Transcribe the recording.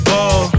Ball